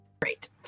Great